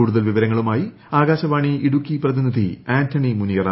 കൂടുതൽ വിവരങ്ങളുമായി ആകാശവാണി ഇടുക്കി പ്രതിനിധി ആന്റണി മുനിയറ